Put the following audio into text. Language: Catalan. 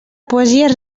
poesies